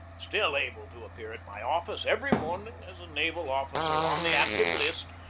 still able to appear at my office every morning as a naval officer on the active list,